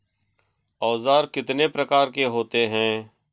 औज़ार कितने प्रकार के होते हैं?